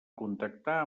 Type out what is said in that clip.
contactar